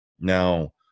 Now